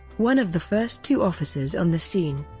one of the first two officers on the scene,